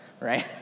Right